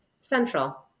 Central